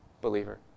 believer